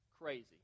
Crazy